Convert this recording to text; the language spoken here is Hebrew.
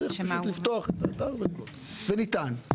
צריך, וניתן,